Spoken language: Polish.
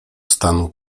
stanu